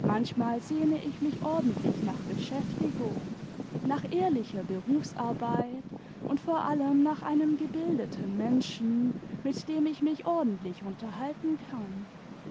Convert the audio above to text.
manchmal sehne ich mich ordentlich nach beschäftigung nach ehrlicher berufsarbeit und vor allem nach einem gebildeten menschen mit dem ich mich ordentlich unterhalten kann